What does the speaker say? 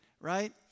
right